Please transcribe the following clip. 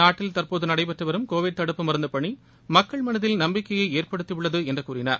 நாட்டில் தற்போது நடைபெற்று வரும் கோவிட் தடுப்பு மருந்து பணி மக்கள் மனதில் நம்பிக்கையை ஏற்படுத்தியுள்ளது என்று கூறினார்